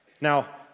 Now